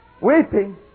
Weeping